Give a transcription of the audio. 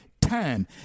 time